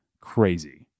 Crazy